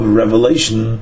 revelation